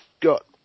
got